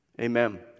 Amen